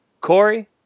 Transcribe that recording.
Corey